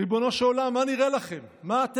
ריבונו של עולם, מה נראה לכם?